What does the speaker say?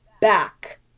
back